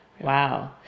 Wow